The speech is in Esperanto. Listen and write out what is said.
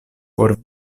por